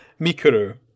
Mikuru